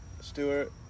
Stewart